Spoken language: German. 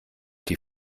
die